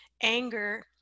anger